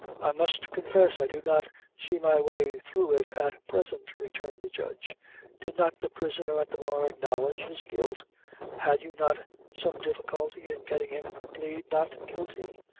i must confess, i do not see my way through it at present, returned the judge did not the prisoner at the bar acknowledge his guilt had you not some difficulty in getting him to plead not guilty?